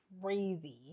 crazy